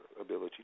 ability